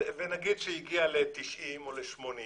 ונגיד שהיא הגיעה ל-90 או ל-80